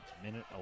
minute